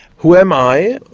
who am i?